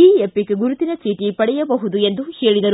E EPIC ಗುರುತಿನ ಚೀಟಿಯನ್ನು ಪಡೆಯಬಹುದು ಎಂದು ತಿಳಿಸಿದರು